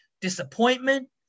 disappointment